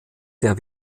der